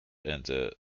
enter